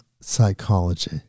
psychology